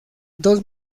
dos